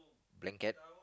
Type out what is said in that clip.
blanket